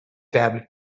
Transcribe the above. tablet